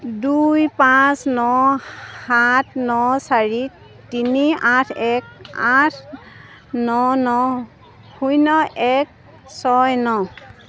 দুই পাঁচ ন সাত ন চাৰি তিনি আঠ এক আঠ ন ন শূন্য এক ছয় ন